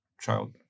child